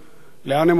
לאן הן הולכות